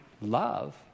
love